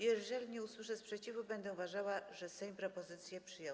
Jeżeli nie usłyszę sprzeciwu, będę uważała, że Sejm propozycję przyjął.